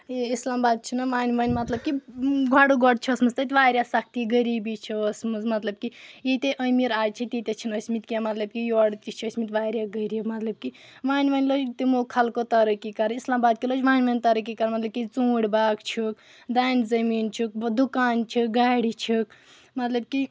یہِ اسلامباد چھِ وۄنۍ وۄنۍ مطلب کہِ گۄڈٕ گۄڈٕ چھِ ٲسۍ مٕژ تتہِ واریاہ سختی غریٖبی چھِ ٲسۍ مٕژ مطلب کہِ ییٖتیا امیٖر آز چھِ تیٖتیا چھِنہٕ کینٛہہ مطلب کہِ یورٕ تہِ چھِ ٲسۍ مٕتۍ واریاہ غریٖب مطلب کہِ وۄنۍ وۄنۍ لٔجۍ تِمو خلقو ترقی کَرٕنۍ اسلامباد کٮ۪و لٔجۍ وۄنۍ وۄنۍ ترقی کَرٕنۍ مطلب کہِ ژوٗنٹھۍ باغ چھ دانہِ زٔمیٖن چھُو دُکان چھُ گاڑِ چھِ مطلب کہِ